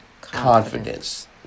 confidence